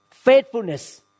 Faithfulness